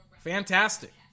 Fantastic